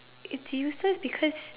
it's useless because